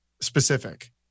specific